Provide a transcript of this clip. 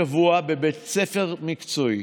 נגד אמיר אוחנה, נגד ינון אזולאי,